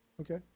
Okay